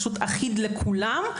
אחיד לכולם,